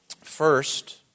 First